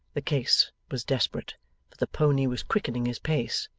the case was desperate for the pony was quickening his pace.